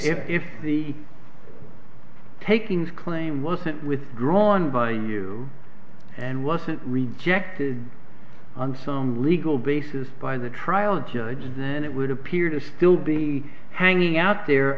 if if the takings claim wasn't withdrawn by you and wasn't rejected on some legal basis by the trial judge then it would appear to still be hanging out there